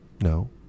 No